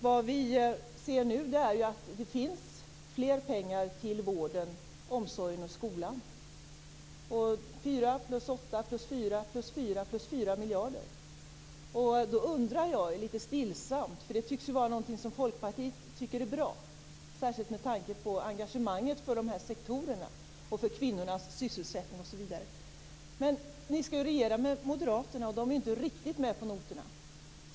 Vad vi nu ser är mer pengar till vården, omsorgen och skolan - 4 + 8 + 4 + 4 + 4 miljarder. Det här tycks vara någonting som Folkpartiet tycker är bra särskilt med tanke på engagemanget för de här sektorerna och kvinnornas sysselsättning. Men ni skall ju regera med moderaterna, och de är inte riktigt med på noterna.